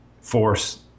force